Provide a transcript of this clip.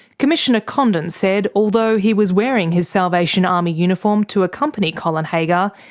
commissioner condon said although he was wearing his salvation army uniform to accompany colin haggar,